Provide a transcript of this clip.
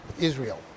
Israel